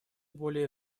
более